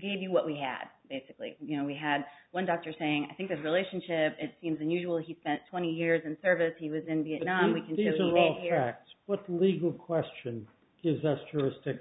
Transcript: gave you what we had basically you know we had one doctor saying i think the relationship it seems unusual he spent twenty years in service he was in vietnam we can do is remain here with legal question has us troops to